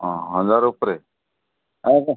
ହଁ ହଜାର ଉପରେ ଆଉ